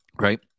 Right